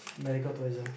medical tourism